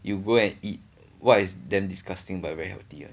you go and eat what is damn disgusting but very healthy ah